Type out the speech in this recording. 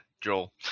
Joel